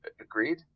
Agreed